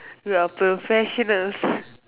we are professionals